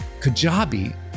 Kajabi